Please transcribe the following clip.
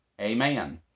Amen